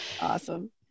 Awesome